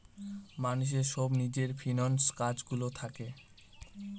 মানুষের সব নিজের ফিন্যান্স কাজ গুলো থাকে